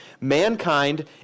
mankind